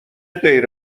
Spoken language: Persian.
غیر